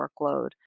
workload